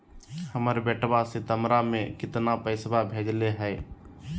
हमर बेटवा सितंबरा में कितना पैसवा भेजले हई?